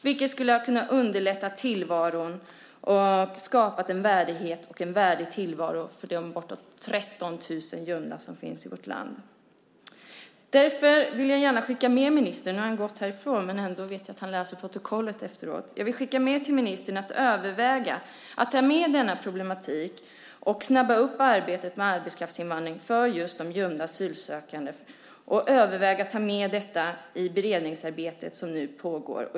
Det skulle ha kunnat underlätta tillvaron och skapa en värdighet och en värdig tillvaro för de bortemot 13 000 gömda som finns i vårt land. Därför vill jag gärna uppmana ministern - han har lämnat kammaren, men jag vet att han läser protokollet efteråt - att överväga att ta med denna problematik och snabba upp arbetet med arbetskraftsinvandring just för gömda asylsökande liksom att överväga att ta med detta i det beredningsarbete som nu pågår.